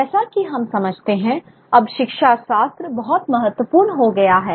जैसा कि हम समझते हैं अब शिक्षाशास्त्र बहुत महत्वपूर्ण हो गया है